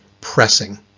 pressing